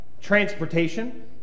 transportation